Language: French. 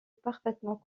parfaitement